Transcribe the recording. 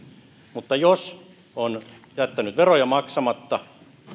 mutta jos on jättänyt veroja maksamatta